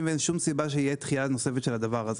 ואין שום סיבה שתהיה דחייה נוספת של זה.